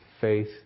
faith